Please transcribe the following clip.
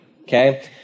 Okay